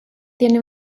tiene